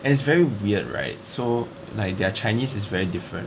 and it's very weird right so like their chinese is very different